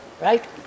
Right